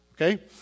okay